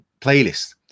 playlist